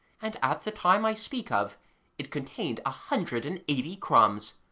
and at the time i speak of it contained a hundred and eighty crumbs,